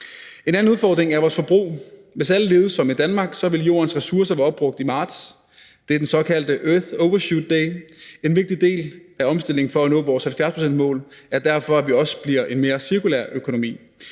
En anden udfordring er vores forbrug. Hvis alle levede som i Danmark, ville jordens ressourcer være opbrugt i marts. Det er den såkaldte Earth Overshoot Day. En vigtig del af omstillingen for at nå vores 70-procentsmål er derfor, at vi også bliver en mere cirkulær økonomi.